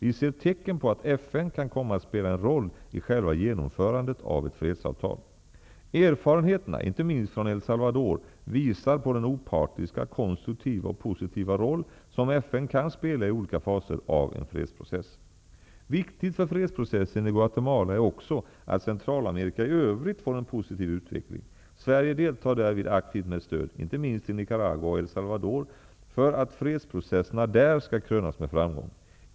Vi ser tecken på att FN kan komma att spela en roll i själva genomförandet av ett fredsavtal. Erfarenheterna inte minst från El Salvador visar på den opartiska, konstruktiva och positiva roll som FN kan spela i olika faser av en fredsprocess. Viktigt för fredsprocessen i Guatemala är också att Centralamerika i övrigt får en positiv utveckling. Sverige deltar därför aktivt med stöd, inte minst till Nicaragua och El Salvador, för att fredsprocesserna där skall krönas med framgång.